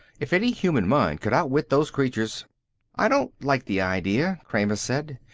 if any human mind could outwit those creatures i don't like the idea, kramer said.